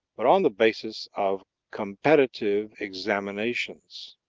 but on the basis of competitive examinations